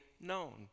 known